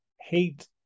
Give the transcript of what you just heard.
hate